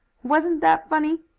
wasn't that funny?